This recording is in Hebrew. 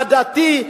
הדתי,